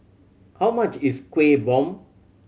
how much is Kueh Bom